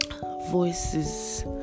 voices